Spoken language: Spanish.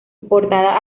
portada